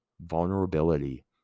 Vulnerability